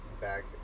back